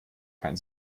kein